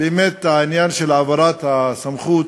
העניין של העברת הסמכות